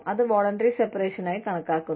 അത് voluntary separation ആയി കണക്കാക്കുന്നു